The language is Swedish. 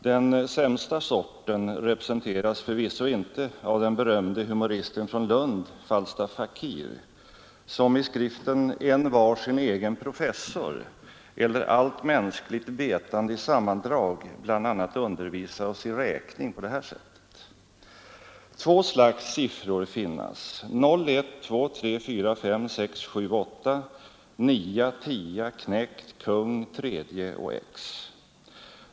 Den sämsta sorten representeras förvisso inte av den berömde humoristen från Lund, Falstaff Fakir, som i skriften ”En var sin egen professor eller Allt mänskligt vetande i sammandrag” bl.a. undervisar oss i räkning på detta sätt: ”Två slags siffror finnas: O, 1, 2, 3, 4, 5, 6, 7, 8, nia, tia, knekt, kung, tredje och x.